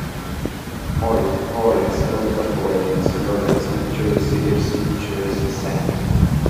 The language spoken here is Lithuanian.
oi koją skauda koją nesiliovė cypčiojusi ir stypčiojusi senė